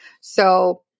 So-